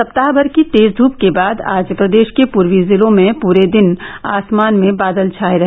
सप्ताह भर की तेज धूप के बाद आज प्रदेष के पूर्वी जिलों में पूरे दिन आसमान में बादल छाये रहे